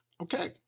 okay